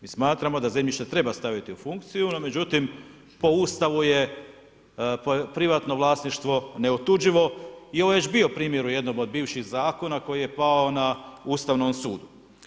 Mi smatramo da zemljište treba staviti u funkciju no međutim, po Ustavu je privatno vlasništvo neotuđivo i ovo je već bio primjer u jednom od bivših zakona koji je pao na Ustavnom sudu.